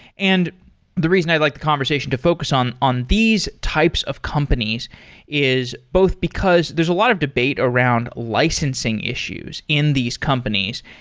and the reason i'd like the conversation to focus on on these types of companies is both because there's a lot of debate around licensing issues in these companies,